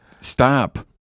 Stop